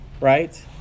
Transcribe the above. right